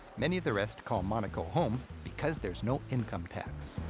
many of the rest call monaco home because there's no income tax.